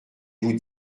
vous